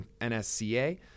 NSCA